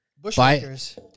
Bushwhackers